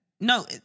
No